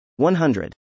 100